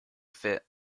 fit